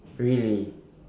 really